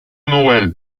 noël